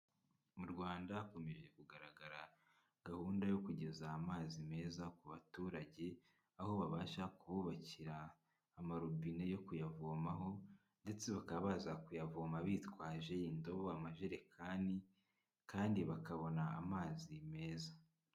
Mu Rwanda hakomeje kugaragara gahunda yo kugeza amazi meza ku baturage aho babasha kububakira amarobine yo kuyavomaho ndetse bakaba baza kuyavoma bitwaje indobo, amajerekani kandi bakabona amazi meza.